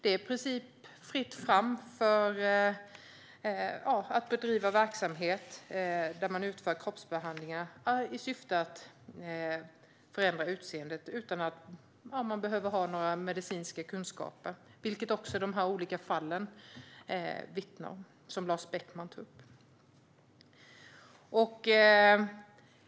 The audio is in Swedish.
Det är i princip fritt fram att bedriva verksamhet där man utför kroppsbehandlingar i syfte att förändra utseendet utan att man behöver ha några medicinska kunskaper, vilket de olika fall som Lars Beckman tog upp vittnar om.